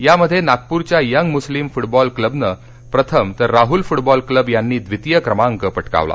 यामध्ये नागपूरच्या young Muslim football club ने प्रथम तर राहूल फुटबॉल क्लब यांनी द्वितीय क्रमांक पटकाविला